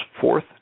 fourth